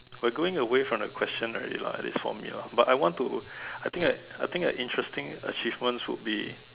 we are going away from the question already lah at least for me lah but I want to I think I think an interesting achievements would be